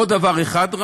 רק עוד דבר אחד: